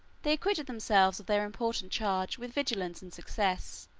they acquitted themselves of their important charge with vigilance and success.